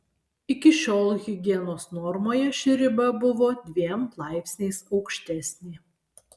iki šiol higienos normoje ši riba buvo dviem laipsniais aukštesnė